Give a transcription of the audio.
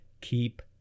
keep